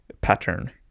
pattern